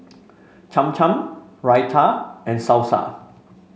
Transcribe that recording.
Cham Cham Raita and Salsa